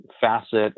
facet